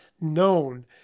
known